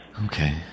Okay